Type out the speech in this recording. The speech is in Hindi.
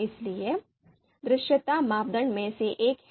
इसलिए दृश्यता मापदंड में से एक है